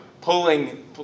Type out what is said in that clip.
pulling